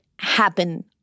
happen